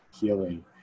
healing